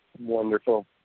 Wonderful